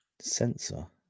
Sensor